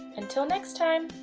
until next time!